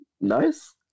nice